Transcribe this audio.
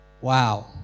Wow